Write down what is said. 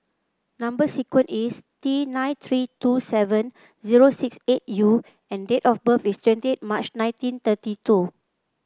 number sequence is T nine three two seven zero six eight U and date of birth is twenty March nineteen thirty two